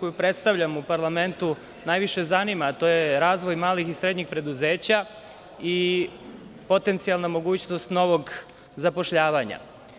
koji predstavljam u parlamentu najviše zanima, a to je razvoj malih i srednjih preduzeća i potencijalna mogućnost novog zapošljavanja.